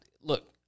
look